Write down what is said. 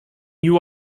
you